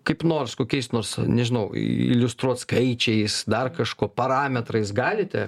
kaip nors kokiais nors nežinau iliustruot skaičiais dar kažko parametrais galite